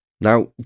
now